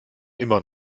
immer